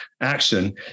action